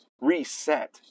reset